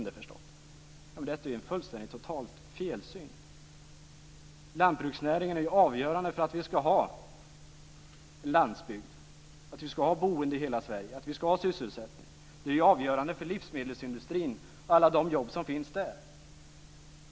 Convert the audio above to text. Detta är fullständigt fel syn. Lantbruksnäringen är avgörande för att vi skall ha en landsbygd, att vi skall ha boende i hela Sverige, att vi skall ha sysselsättning. Det är avgörande för livsmedelsindustrin och alla de jobb som finns där.